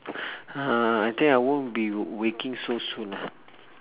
uh I think I won't be waking so soon ah